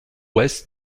ouest